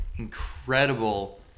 incredible